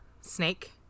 Snake